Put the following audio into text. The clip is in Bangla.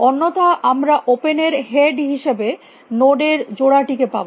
অন্যথা আমরা ওপেন এর head হিসাবে নোড এর জোড়া টিকে পাব